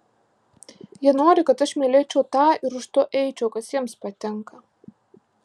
jie nori kad aš mylėčiau tą ir už to eičiau kas jiems patinka